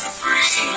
free